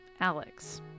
Alex